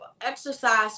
exercise